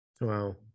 wow